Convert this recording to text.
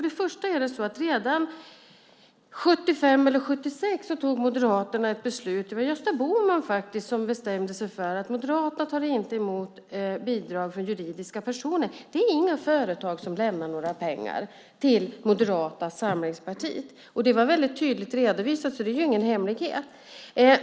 Redan 1975 eller 1976 beslöt Moderaterna - det var Gösta Bohman som bestämde det - att inte ta emot bidrag från juridiska personer. Det är inga företag som lämnar några pengar till Moderata samlingspartiet. Det har redovisats tydligt, så det är ingen hemlighet.